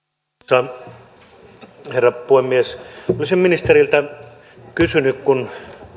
arvoisa rouva puhemies olisin ministeriltä kysynyt kun